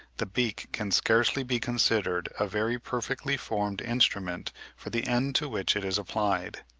the beak can scarcely be considered a very perfectly-formed instrument for the end to which it is applied.